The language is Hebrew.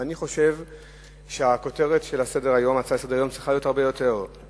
ואני חושב שהכותרת של ההצעה לסדר-היום צריכה להיות הרבה יותר,